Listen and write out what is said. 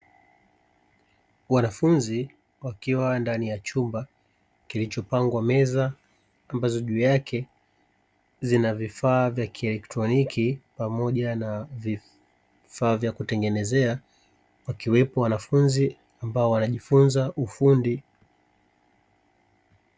Wanafunzi wakiwa ndani ya chumba kilichopangwa meza, ambazo juu yake zinavifaa vya kielektoniki pamoja na vifaa vya kutengenezea, wakiwepo wanafunzi ambao wanajifunza ufundi.